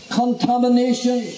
contamination